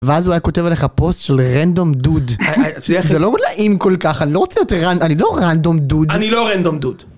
ואז הוא היה כותב עליך פוסט של Random dude. אתה יודע זה לא נעים כל כך, אני לא רוצה יותר random, אני לא Random dude. אני לא Random dude.